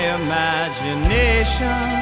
imagination